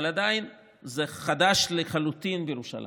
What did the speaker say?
אבל עדיין זה חדש לחלוטין בירושלים.